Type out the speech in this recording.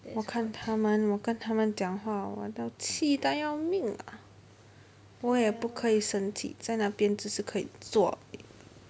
我看他们我看他们讲话我的气到要命啊我也不可以生气在那边我只是可以坐